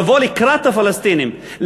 לבוא לקראת הפלסטינים,